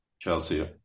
Chelsea